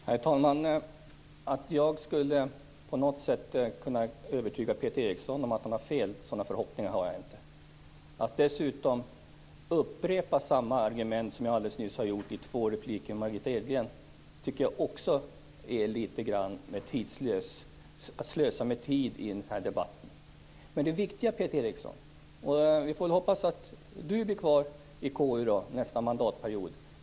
Herr talman! Jag har inga förhoppningar om att jag på något sätt skall kunna övertyga Peter Eriksson om att han har fel. Att dessutom upprepa samma argument som jag alldeles nyss har framfört i två repliker till Margitta Edgren tycker jag är att slösa med tiden i den här debatten. Vi får väl hoppas att Peter Eriksson blir kvar i KU nästa mandatperiod.